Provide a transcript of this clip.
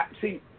See